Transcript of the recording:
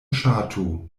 ŝatu